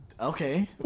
Okay